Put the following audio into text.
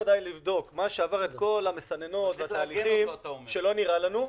לבדוק את כל מה שעבר את המסננות והתהליכים שלא נראים לנו,